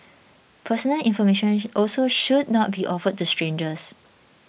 personal information also should not be offered to strangers